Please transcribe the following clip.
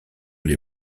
les